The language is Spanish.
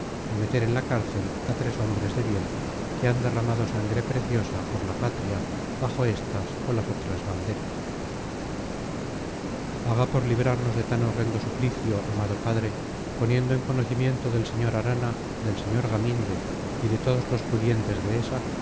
de meter en la cárcel a tres hombres de bien que han derramado sangre preciosa por la patria bajo estas o las otras banderas haga por librarnos de tan horrendo suplicio amado padre poniendo en conocimiento del sr arana del sr gaminde y de todos los pudientes de esa